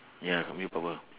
ya willpower